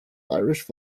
irish